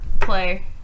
play